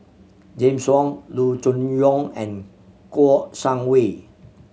James Wong Loo Choon Yong and Kouo Shang Wei